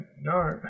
No